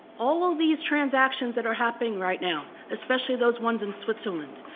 all of these transactions that are happening right now, especially those ones in switzerland.